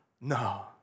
no